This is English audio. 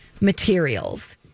materials